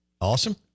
awesome